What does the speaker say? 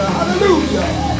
Hallelujah